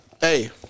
Hey